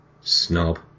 Snob